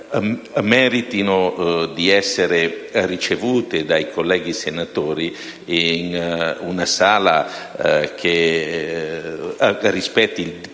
meritino di essere ricevuti dai colleghi senatori in una sala che rispetti il decoro